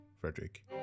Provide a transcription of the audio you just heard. Frederick